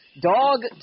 Dog